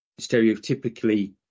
stereotypically